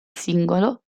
singolo